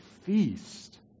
feast